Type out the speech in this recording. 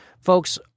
Folks